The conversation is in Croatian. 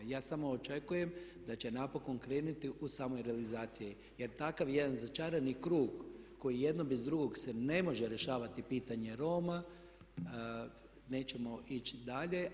Ja samo očekujem da će napokon krenuti u samoj realizaciji, jer takav jedan začarani krug koji jedan bez drugog se ne može rješavati pitanje Roma nećemo ići dalje.